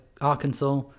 Arkansas